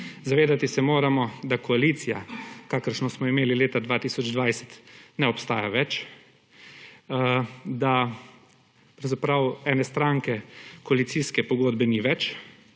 Zavedati se moramo, da koalicija kakršno smo imeli leta 2020, ne obstaja več, da pravzaprav ene stranke, koalicijske pogodbe ni več,